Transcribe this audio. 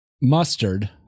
mustard